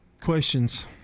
questions